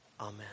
Amen